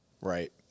Right